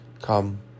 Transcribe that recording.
Come